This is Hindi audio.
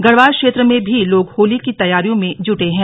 गढ़वाल क्षेत्र में भी लोग होली की तैयारियों में जुटे हैं